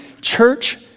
church